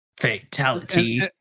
Fatality